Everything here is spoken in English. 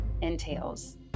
entails